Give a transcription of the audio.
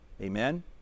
Amen